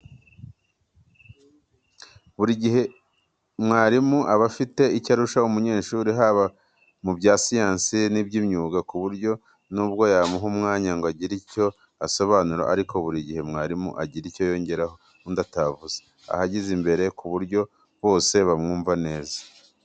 Buri gihe mwarimu aba afite icyo arusha umunyeshuri, haba mu bya siyansi n'iby'imyuga, ku buryo n'ubwo yamuha umwanya ngo agire ibyo asobanura ariko buri gihe mwarimu agira icyo yongeraho undi atavuze, ahagaze imbere ku buryo bose bamwumva neza.